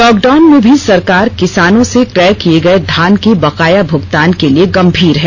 lockdown में भी सरकार किसानों से क्रय किये गए धान के बकाया भुगतान के लिए गम्मीर है